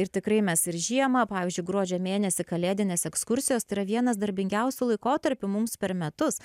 ir tikrai mes ir žiemą pavyzdžiui gruodžio mėnesį kalėdinės ekskursijos tai yra vienas darbingiausių laikotarpių mums per metus